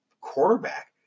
quarterback